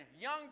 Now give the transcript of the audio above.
young